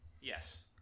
Yes